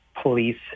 police